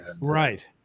Right